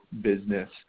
business